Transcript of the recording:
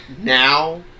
now